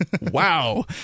wow